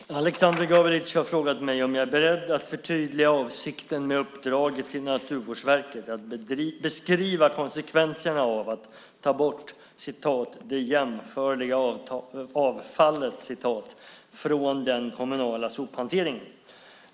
Fru talman! Aleksander Gabelic har frågat mig om jag är beredd att förtydliga avsikten med uppdraget till Naturvårdsverket att beskriva konsekvenserna av att ta bort "det jämförliga avfallet" från den kommunala sophanteringen.